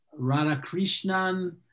Radhakrishnan